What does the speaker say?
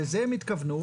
לזה הם התכוונו,